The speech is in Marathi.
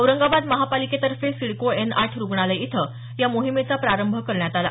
औरंगाबाद महापालिकेतर्फे सिडको एन आठ रुग्णालय इथं या मोहिमेचा प्रारंभ करण्यात आला